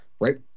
right